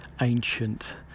ancient